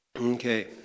Okay